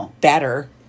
better